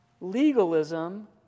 legalism